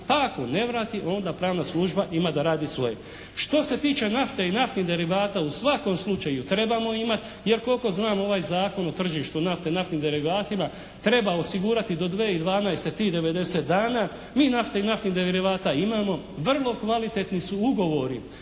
pa ako ne vrati onda pravna služba ima da radi svoje. Što se tiče nafte i naftnih derivata u svakom slučaju trebamo imati, jer koliko znam ovaj Zakon o tržištu nafte i naftnim derivatima treba osigurati do 2012. tih 90 dana. Mi nafte i naftnih derivata imamo, vrlo kvalitetni su ugovori